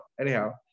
Anyhow